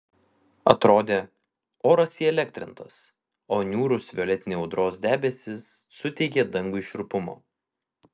atrodė oras įelektrintas o niūrūs violetiniai audros debesys suteikė dangui šiurpumo